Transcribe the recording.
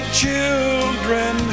children